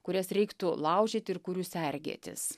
kurias reiktų laužyti ir kurių sergėtis